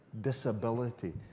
disability